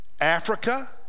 Africa